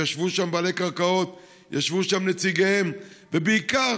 ישבו שם בעלי קרקעות וישבו שם נציגיהם, ובעיקר,